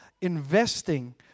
investing